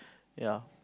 ya